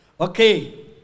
Okay